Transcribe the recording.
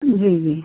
जी जी